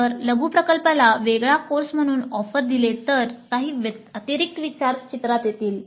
जर लघु प्रकल्पाला वेगळा कोर्स म्हणून ऑफर दिले तर काही अतिरिक्त विचार चित्रात येतील